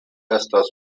estas